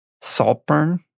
Saltburn